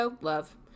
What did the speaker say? love